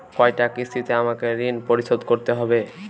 কয়টা কিস্তিতে আমাকে ঋণ পরিশোধ করতে হবে?